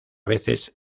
veces